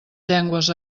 llengües